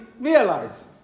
realize